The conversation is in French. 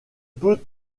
peut